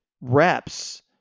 reps